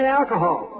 alcohol